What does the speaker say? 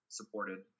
supported